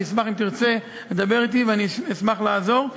אני אשמח אם תרצה לדבר אתי ואני אשמח לעזור.